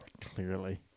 Clearly